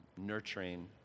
nurturing